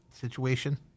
situation